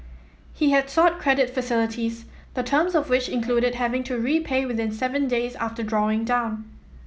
he had sought credit facilities the terms of which included having to repay within seven days of drawing down